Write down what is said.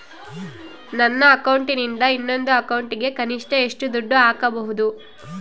ನನ್ನ ಅಕೌಂಟಿಂದ ಇನ್ನೊಂದು ಅಕೌಂಟಿಗೆ ಕನಿಷ್ಟ ಎಷ್ಟು ದುಡ್ಡು ಹಾಕಬಹುದು?